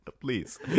Please